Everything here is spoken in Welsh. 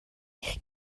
eich